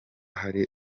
hari